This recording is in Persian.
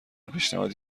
پیشنهادی